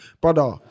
brother